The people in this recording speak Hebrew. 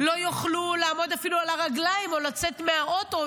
-- לא יוכלו אפילו לעמוד על הרגליים או לצאת מהאוטו,